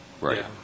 Right